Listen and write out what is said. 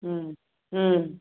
हँ हँ